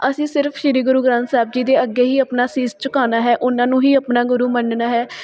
ਅਸੀਂ ਸਿਰਫ ਸ਼੍ਰੀ ਗੁਰੂ ਗ੍ਰੰਥ ਸਾਹਿਬ ਜੀ ਦੇ ਅੱਗੇ ਹੀ ਆਪਣਾ ਸੀਸ ਝੁਕਾਉਣਾ ਹੈ ਉਹਨਾਂ ਨੂੰ ਹੀ ਆਪਣਾ ਗੁਰੂ ਮੰਨਣਾ ਹੈ